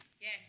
Yes